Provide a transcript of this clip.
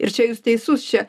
ir čia jūs teisus čia